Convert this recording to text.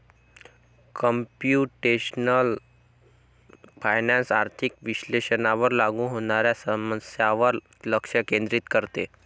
computational finance आर्थिक विश्लेषणावर लागू होणाऱ्या समस्यांवर लक्ष केंद्रित करते